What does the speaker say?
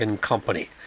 Company